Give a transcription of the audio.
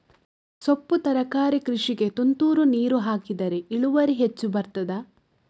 ಸೊಪ್ಪು ತರಕಾರಿ ಕೃಷಿಗೆ ತುಂತುರು ನೀರು ಹಾಕಿದ್ರೆ ಇಳುವರಿ ಹೆಚ್ಚು ಬರ್ತದ?